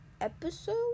episode